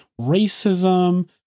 racism